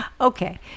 Okay